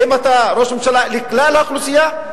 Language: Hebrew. האם אתה ראש ממשלה לכלל האוכלוסייה?